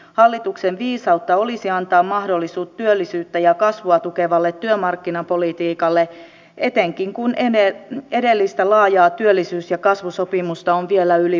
hallituksen viisautta olisi antaa mahdollisuus työllisyyttä ja kasvua tukevalle työmarkkinapolitiikalle etenkin kun edellistä laajaa työllisyys ja kasvusopimusta on vielä yli vuosi jäljellä